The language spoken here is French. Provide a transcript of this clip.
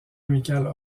amicale